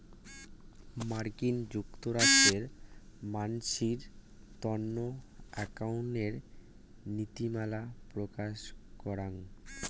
মার্কিন যুক্তরাষ্ট্রে মানসির তন্ন একাউন্টিঙের নীতিমালা প্রকাশ করাং